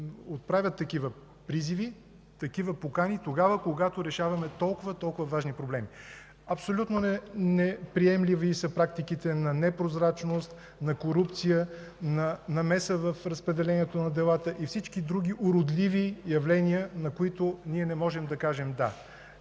отправят такива призиви, такива покани, когато решаваме толкова важни проблеми. Абсолютно неприемливи са практиките на непрозрачност, на корупция, на намеса в разпределението на делата и всички други уродливи явления, на които ние не можем да кажем „да”.